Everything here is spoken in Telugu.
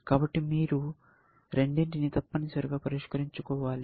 కాబట్టి మీరు రెండింటినీ తప్పనిసరిగా పరిష్కరించుకోవాలి